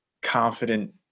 confident